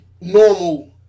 normal